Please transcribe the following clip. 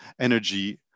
energy